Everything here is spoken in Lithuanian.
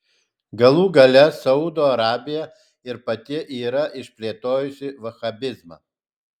galų gale saudo arabija ir pati yra išplėtojusi vahabizmą